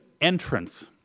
entrance